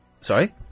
Sorry